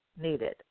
needed